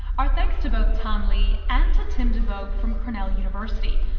our thanks to both tan le, and to tim devoogd from cornell university,